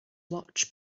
watch